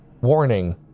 warning